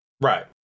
Right